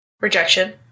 Rejection